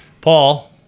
Paul